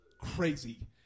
crazy